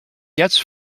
gets